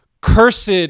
Cursed